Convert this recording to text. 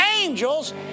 Angels